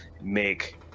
make